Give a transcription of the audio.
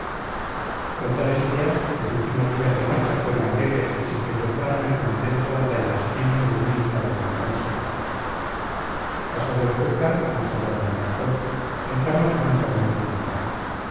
con tales ideas los últimos días de marcha fueron alegres sin que turbaran el contento batallas ni ningún militar compromiso pasado el júcar más acá de alarcón entramos en un camino triunfal